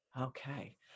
Okay